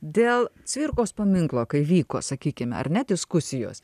dėl cvirkos paminklo kai vyko sakykim ar ne diskusijos